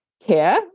care